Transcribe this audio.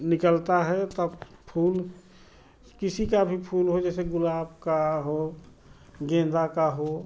निकलता है तब फूल किसी का भी फूल हो जैसे गुलाब का हो गेंदा का हो